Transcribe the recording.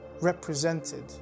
represented